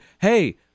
hey